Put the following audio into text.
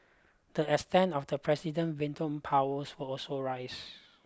the extent of the president veto powers was also rise